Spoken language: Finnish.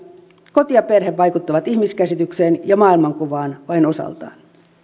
koti ja perhe vaikuttavat ihmiskäsitykseen ja maailmankuvaan vain osaltaan